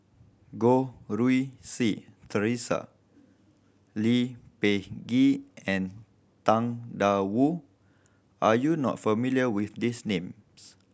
Goh Rui Si Theresa Lee Peh Gee and Tang Da Wu are you not familiar with these name